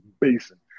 basin